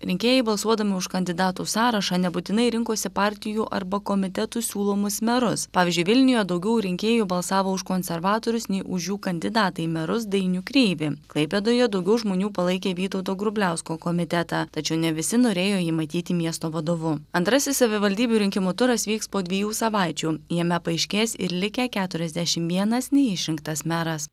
rinkėjai balsuodami už kandidatų sąrašą nebūtinai rinkosi partijų arba komitetų siūlomus merus pavyzdžiui vilniuje daugiau rinkėjų balsavo už konservatorius nei už jų kandidatą į merus dainių kreivį klaipėdoje daugiau žmonių palaikė vytauto grubliausko komitetą tačiau ne visi norėjo jį matyti miesto vadovu antrasis savivaldybių rinkimų turas vyks po dviejų savaičių jame paaiškės ir likę keturiasdešim vienas neišrinktas meras